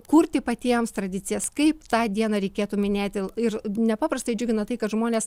kurti patiems tradicijas kaip tą dieną reikėtų minėti il ir nepaprastai džiugina tai kad žmonės